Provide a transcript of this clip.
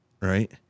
right